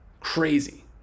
Crazy